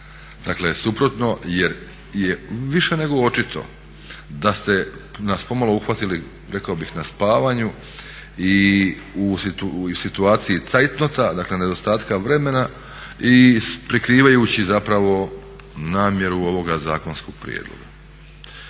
dakle suprotno jer je više nego očito da ste nas pomalo uhvatili rekao bih na spavanju i u situaciji cajtnota, dakle nedostatka vremena i prekrivajući zapravo namjeru ovoga zakonskog prijedloga.